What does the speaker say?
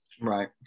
Right